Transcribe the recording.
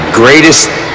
greatest